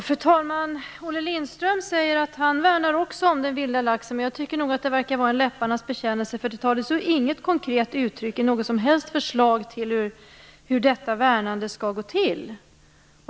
Fru talman! Olle Lindström säger att han också värnar om den vilda laxen. Men det verkar vara en läpparnas bekännelse, eftersom det inte tar sig något konkret uttryck i något förslag om hur detta värnande skall gå till.